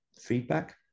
feedback